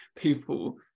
people